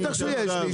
בטח שיש לי,